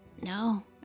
No